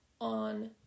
on